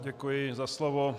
Děkuji za slovo.